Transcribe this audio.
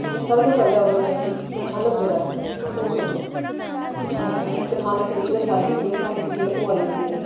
ते में सारें कोला पैह्लें ओह्दे जेह्ड़ा ऐ कि कथानक जेह्डा कि ओह् सोचङ कि कथानक जेह्ड़ा कथानक बिच गै सारी जेह्ड़ी ऐ क्हानी ओह् आई जंदी ऐ